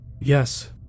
Yes